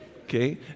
Okay